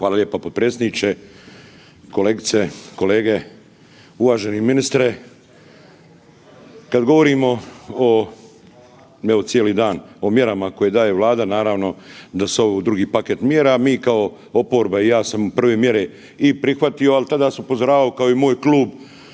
Hvala lijepa potpredsjedniče. Kolegice, kolege, uvaženi ministre. Kad govorimo o, evo cijeli dan o mjerama koje daje Vlada, naravno da su ovo drugi paket mjera, mi kao oproba i ja sam prve mjere i prihvatio, al tada sam upozoravao kao i moj klub